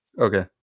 okay